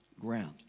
ground